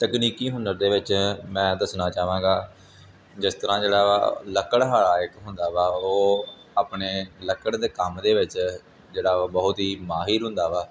ਤਕਨੀਕੀ ਹੁਨਰ ਦੇ ਵਿੱਚ ਮੈਂ ਦੱਸਣਾ ਚਾਹਾਂਗਾ ਜਿਸ ਤਰ੍ਹਾਂ ਜਿਹੜਾ ਵਾ ਲੱਕੜਹਾਰਾ ਇੱਕ ਹੁੰਦਾ ਵਾ ਉਹ ਆਪਣੇ ਲੱਕੜ ਦੇ ਕੰਮ ਦੇ ਵਿੱਚ ਜਿਹੜਾ ਵਾ ਬਹੁਤ ਹੀ ਮਾਹਿਰ ਹੁੰਦਾ ਵਾ